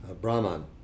Brahman